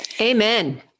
Amen